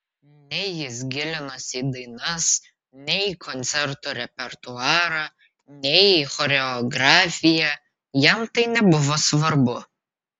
nei jis gilinosi į dainas nei į koncertų repertuarą nei į choreografiją jam tai nebuvo svarbu